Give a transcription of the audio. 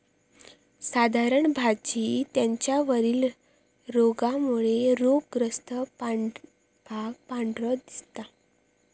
साधारण भाजी त्याच्या वरील रोगामुळे रोगग्रस्त भाग पांढरो दिसता